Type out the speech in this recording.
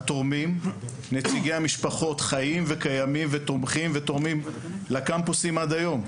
התורמים נציגי המשפחות חיים וקיימים ותומכים ותורמים לקמפוסים עד היום.